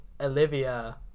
Olivia